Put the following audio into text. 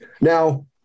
Now